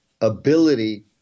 ability